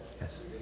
Yes